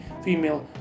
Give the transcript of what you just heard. female